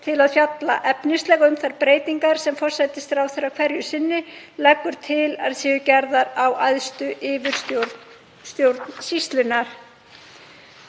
til að fjalla efnislega um þær breytingar sem forsætisráðherra hverju sinni leggur til að séu gerðar á æðstu yfirstjórn stjórnsýslunnar.